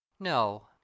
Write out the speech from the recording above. No